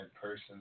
person